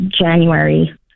January